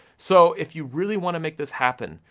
so, if you really wanna make this happen,